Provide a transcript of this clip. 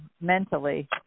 mentally